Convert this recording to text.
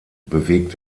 bewegt